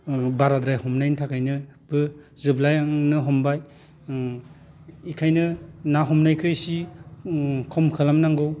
बाराद्राय हमनायनि थाखायनोबो जोबलांनो हमबाय उम इखायनो ना हमनायखो एसे उम खम खालाम नांगौ